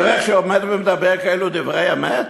תראה איך שהוא עומד ומדבר כאלה דברי אמת.